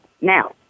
Now